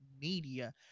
media